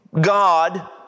God